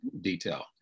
detail